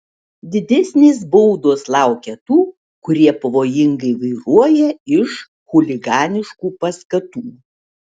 didesnės baudos laukia tų kurie pavojingai vairuoja iš chuliganiškų paskatų